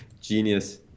Genius